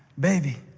baby,